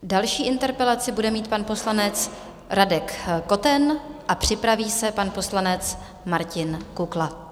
Další interpelaci bude mít pan poslanec Radek Koten a připraví se pan poslanec Martin Kukla.